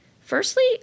firstly